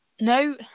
no